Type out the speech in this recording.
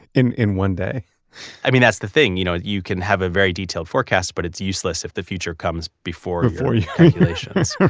in in one day i mean that's the thing, you know you can have a very detailed forecast, but it's useless if the future comes before your calculations.